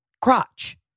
crotch